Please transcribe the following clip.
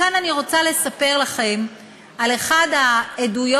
כאן אני רוצה לספר לכם על אחת העדויות